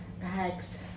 bags